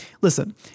listen